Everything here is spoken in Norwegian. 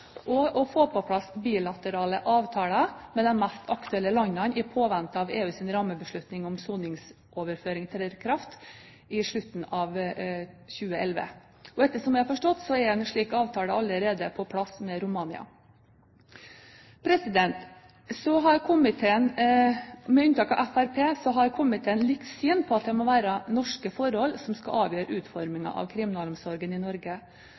og å få på plass bilaterale avtaler med de mest aktuelle landene i påvente av at EUs rammebeslutning om soningsoverføring trer i kraft i slutten av 2011. Etter det jeg har forstått, er en slik avtale allerede på plass med Romania. Med unntak av Fremskrittspartiet har komiteen likt syn på at det må være norske forhold som skal avgjøre utformingen av kriminalomsorgen i Norge.